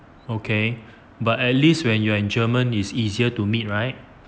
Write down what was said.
okay but at least when you are in german it's easier to meet right